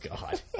god